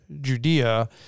Judea